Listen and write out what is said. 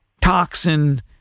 toxin